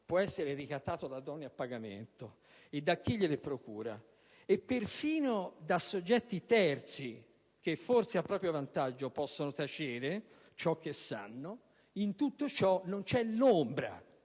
può essere ricattato da donne a pagamento e da chi gliele procura, e perfino da soggetti terzi, che forse a proprio vantaggio possono tacere ciò che sanno, in tutto ciò non c'è l'ombra